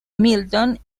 milton